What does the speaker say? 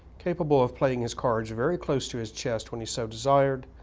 capable of playing his cards very close to his chest when he so desired,